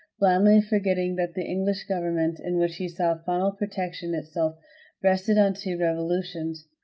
blandly forgetting that the english government in which he saw final perfection itself rested on two revolutions.